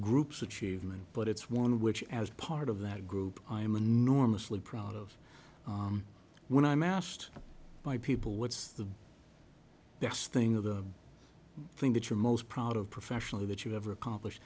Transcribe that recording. group's achievement but it's one which as part of that group i am enormously proud of when i'm asked by people what's the this thing of the thing that you're most proud of professionally that you've ever accomplish